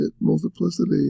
multiplicity